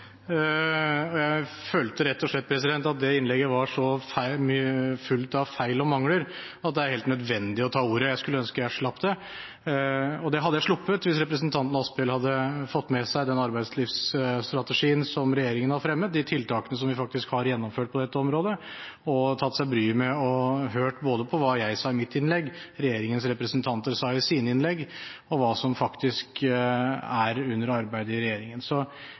taler. Jeg følte rett og slett at det innlegget var så fullt av feil og mangler at det er helt nødvendig å ta ordet. Jeg skulle ønske jeg slapp det, og det hadde jeg sluppet hvis representanten Asphjell hadde fått med seg den arbeidslivsstrategien som regjeringen har fremmet, de tiltakene som vi faktisk har gjennomført på dette området, og tatt seg bryet med å høre både på hva jeg sa i mitt innlegg, hva regjeringens representanter sa i sine innlegg, og hva som faktisk er under arbeid i regjeringen. Så